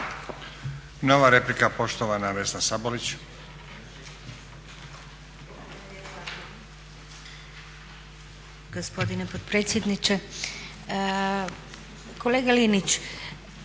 Nova replika, poštovana Vesna Sabolić.